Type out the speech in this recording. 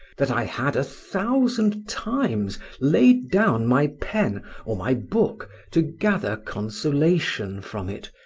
that i had a thousand times laid down my pen or my book to gather consolation from it,